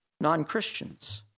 non-Christians